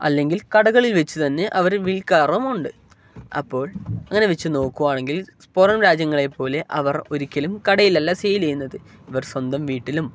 അല്ലെങ്കിൽ കടകളിൽ വെച്ച് തന്നെ അവർ വിൽക്കാറും ഉണ്ട് അപ്പോൾ അങ്ങനെ വെച്ച് നോക്കുവാണെങ്കിൽ പുറം രാജ്യങ്ങളെ പോലെ അവർ ഒരിക്കലും കടയിലല്ല സെയിൽ ചെയ്യുന്നത് ഇവർ സ്വന്തം വീട്ടിലും